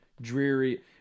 dreary